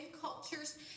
cultures